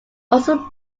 also